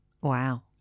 Wow